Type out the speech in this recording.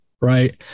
Right